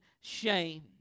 shame